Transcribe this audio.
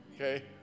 Okay